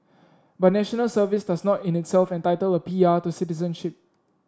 but National Service does not in itself entitle a P R to citizenship